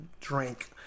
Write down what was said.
Drink